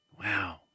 Wow